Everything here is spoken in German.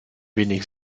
wenig